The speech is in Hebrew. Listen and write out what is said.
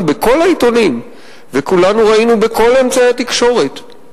בכל העיתונים וכולנו ראינו בכל אמצעי התקשורת,